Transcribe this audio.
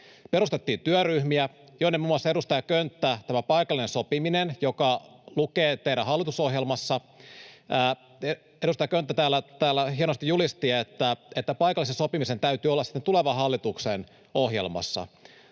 Perustettiin työryhmiä. Muun muassa tämä paikallinen sopiminen, joka lukee teidän hallitusohjelmassanne: Edustaja Könttä täällä hienosti julisti, että paikallisen sopimisen täytyy olla sitten tulevan hallituksen ohjelmassa.